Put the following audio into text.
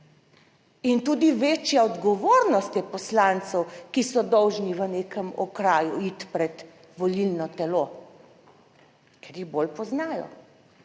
in tudi večja odgovornost je poslancev, ki so dolžni v nekem okraju iti pred volilno telo, ker jih bolj poznajo.